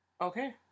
Okay